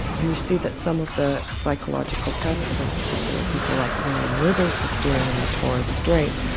and you see that some of the psychological tests that in particular people like william rivers was doing in the torres strait,